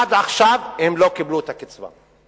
עד עכשיו הם לא קיבלו את הקצבה.